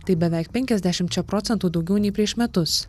tai beveik penkiasdešimčia procentų daugiau nei prieš metus